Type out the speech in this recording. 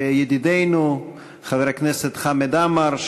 וידידנו חבר הכנסת חמד עמאר,